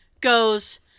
goes